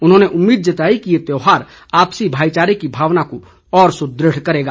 उन्होंने उम्मीद जताई कि ये त्यौहार आपसी भाईचारे की भावना को सुदृढ़ करेगा